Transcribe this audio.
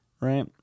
right